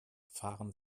fahren